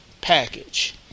package